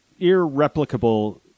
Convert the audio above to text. irreplicable